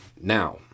Now